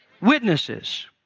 witnesses